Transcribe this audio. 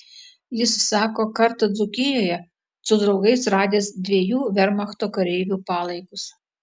jis sako kartą dzūkijoje su draugais radęs dviejų vermachto kareivių palaikus